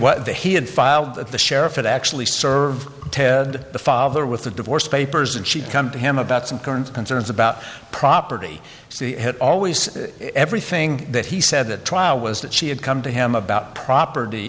what the he had filed that the sheriff had actually served ted the father with the divorce papers and she come to him about some current concerns about property she had always everything that he said the trial was that she had come to him about property